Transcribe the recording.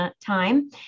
time